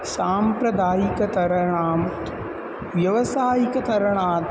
साम्प्रदायिकतरणं व्यावसायिकतरणात्